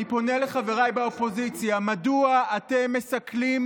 אני פונה לחבריי באופוזיציה: מדוע אתם מסכלים